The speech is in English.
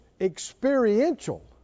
experiential